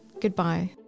goodbye